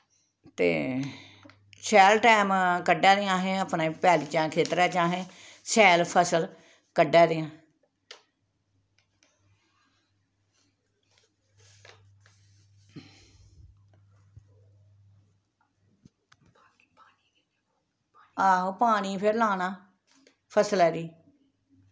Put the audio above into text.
ते शैल टैम कड्ढा दे आं अहें अपने पैली चा खेत्तरें चा अहें शैल फसल कड्ढा दे आं हां पानी फिर लाना फसलै गी